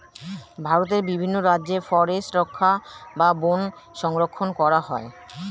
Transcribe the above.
ভারতের বিভিন্ন রাজ্যে ফরেস্ট রক্ষা বা বন সংরক্ষণ করা হয়